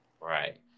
Right